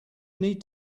need